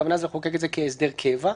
הכוונה לחוקק את זה כהסדר קבע.